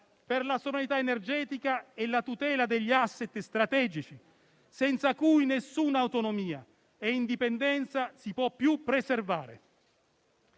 per la sovranità energetica e la tutela degli *asset* strategici, senza cui alcuna autonomia e indipendenza si possono più preservare.